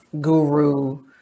guru